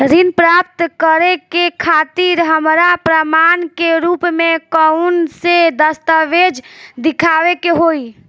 ऋण प्राप्त करे के खातिर हमरा प्रमाण के रूप में कउन से दस्तावेज़ दिखावे के होइ?